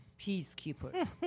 Peacekeepers